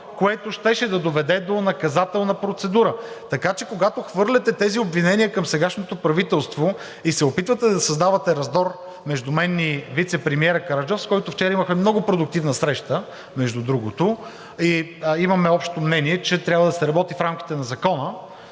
което щеше да доведе до наказателна процедура. Така че, когато хвърляте тези обвинения към сегашното правителство и се опитвате да създавате раздор между мен и вицепремиера Караджов, с който вчера имахме много продуктивна среща, между другото, и имаме общо мнение, че трябва да се работи в рамките на закона,